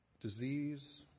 disease